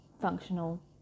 functional